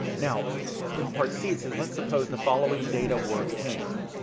now in part c it says, let's suppose the following data were obtained.